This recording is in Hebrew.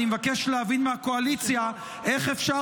אני מבקש להבין מהקואליציה איך אפשר